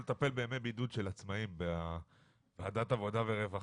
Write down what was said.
יש לנו לטפל בימי בידוד של עצמאים בוועדת העבודה והרווחה.